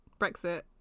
Brexit